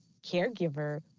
caregiver